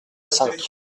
cinq